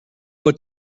what